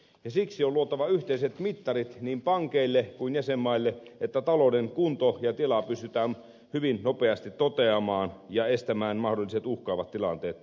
siksi on luotava yhteiset mittarit niin pankeille kuin jäsenmaille että talouden kunto ja tila pystytään hyvin nopeasti toteamaan ja estämään mahdolliset uhkaavat tilanteet tätä kautta